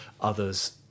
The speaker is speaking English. Others